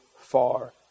far